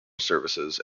services